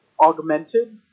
augmented